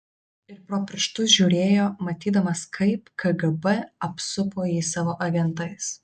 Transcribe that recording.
ir pro pirštus žiūrėjo matydamas kaip kgb apsupo jį savo agentais